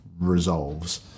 resolves